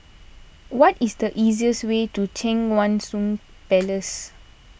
what is the easiest way to Cheang Wan Seng Palace